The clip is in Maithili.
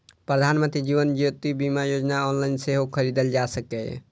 प्रधानमंत्री जीवन ज्योति बीमा योजना ऑनलाइन सेहो खरीदल जा सकैए